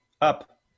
Up